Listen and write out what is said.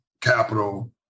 capital